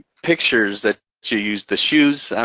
pictures that you used, the shoes. i